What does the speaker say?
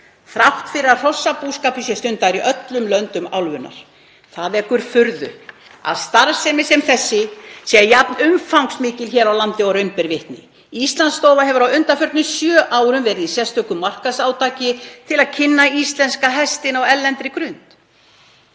þrátt fyrir að hrossabúskapur sé stundaður í öllum löndum álfunnar. Það vekur furðu að starfsemi sem þessi sé jafn umfangsmikil hér á landi og raun ber vitni. Íslandsstofa hefur á undanförnum sjö árum verið í sérstöku markaðsátaki til að kynna íslenska hestinn á erlendri grundu.